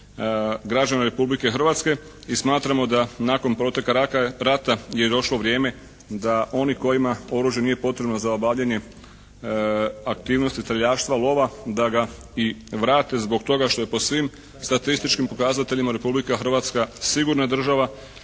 građana Republike Hrvatske. I smatramo da nakon proteka rata je došlo vrijeme da oni kojima oružje nije potrebno za obavljanje aktivnosti streljaštva, lova da ga i vrate zbog toga što je po svim statističkim pokazateljima Republika Hrvatska sigurna država.